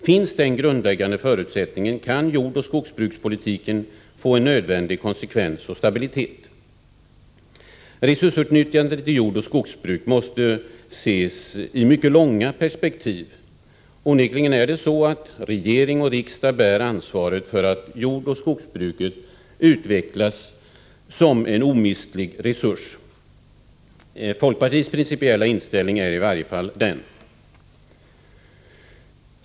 Finns denna grundläggande förutsättning kan jordoch skogsbrukspolitiken få en nödvändig konsekvens och stabilitet. Resursutnyttjandet i jordoch skogsbruk måste ses i ett mycket långt perspektiv. Onekligen bär regering och riksdag ansvaret för att jordoch skogsbruket utvecklas som en omistlig resurs. Folkpartiets principiella inställning är i vart fall den.